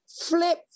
flip